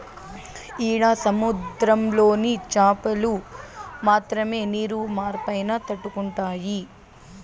ఈడ సముద్రంలోని చాపలు మాత్రమే నీరు మార్పైనా తట్టుకుంటాయి